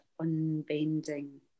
unbending